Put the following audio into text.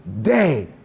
day